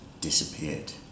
disappeared